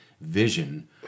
vision